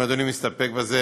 אם אדוני מסתפק בזה,